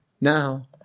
now